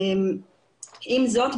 עם זאת,